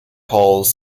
halls